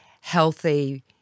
healthy